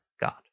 God